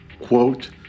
Quote